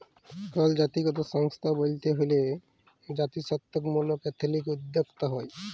call জাতিগত সংস্থা ব্যইলতে হ্যলে জাতিত্ত্বমূলক এথলিক উদ্যোক্তা হ্যয়